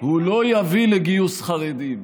שהוא לא יביא לגיוס חרדים,